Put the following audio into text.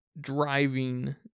driving